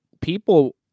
people